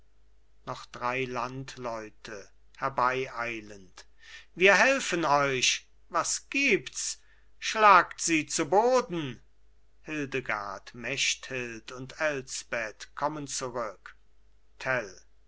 noch drei landleute herbeieilend wir helfen euch was gibt's schlagt sie zu boden hildegard mechthild und elsbeth kommen zurück